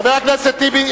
חבר הכנסת טיבי,